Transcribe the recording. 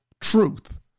truth